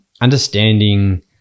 understanding